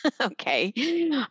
Okay